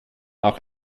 auch